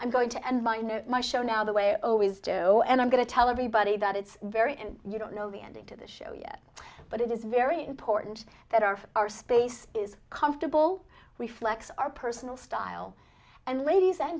i'm going to end my i know my show now the way i always do and i'm going to tell everybody that it's very and you don't know the ending to the show yet but it is very important that our our space is comfortable reflects our personal style and ladies and